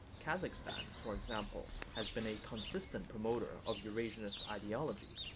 kazakhstan, for example, has been a consistent promoter of eurasianist ideology,